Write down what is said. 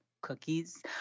cookies